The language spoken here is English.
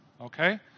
okay